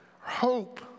Hope